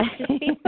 okay